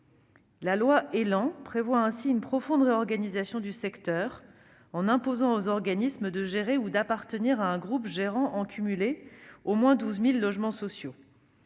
La loi ÉLAN prévoit ainsi une profonde réorganisation en imposant aux organismes de gérer ou d'appartenir à un groupe gérant en cumulé au moins 12 000 logements sociaux.